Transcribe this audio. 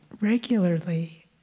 regularly